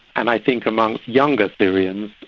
and i think among younger syrians,